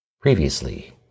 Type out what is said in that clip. Previously